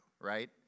Right